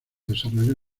desarrolló